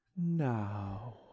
now